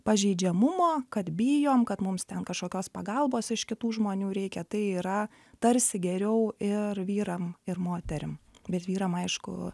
pažeidžiamumo kad bijom kad mums ten kažkokios pagalbos iš kitų žmonių reikia tai yra tarsi geriau ir vyram ir moterim bet vyram aišku